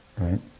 right